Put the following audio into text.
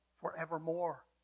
forevermore